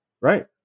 right